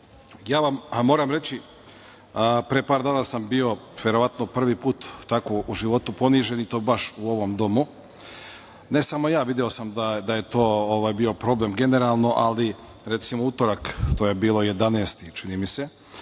Skupštini. Moram reći, pre par dana sam bio, verovatno prvi put tako u životu ponižen, i to baš u ovom domu, ne samo ja, video sam da je to bio problem generalno, ali recimo u utorak, to je bio 11-ti, čini mi se.